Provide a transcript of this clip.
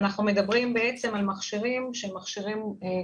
אנחנו מדברים בעצם על מכשירים קבועים.